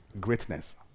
greatness